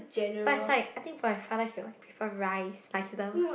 but it's like I think for Ifarnah he will prefer rice like he doesn't